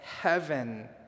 Heaven